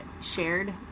shared